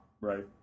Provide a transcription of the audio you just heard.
Right